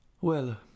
Well—